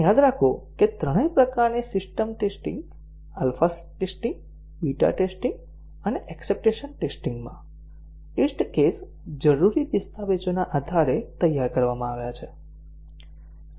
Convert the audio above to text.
અને યાદ રાખો કે ત્રણેય પ્રકારની system testing alpha testing beta testing અને એક્સેપ્ટન્સ ટેસ્ટિંગમાં ટેસ્ટ કેસ જરૂરી દસ્તાવેજોના આધારે તૈયાર કરવામાં આવ્યા છે